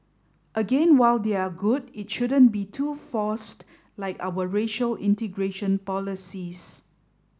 again while they are good it shouldn't be too forced like our racial integration policies